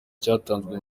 cyatanzwe